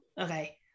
Okay